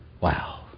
Wow